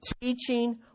Teaching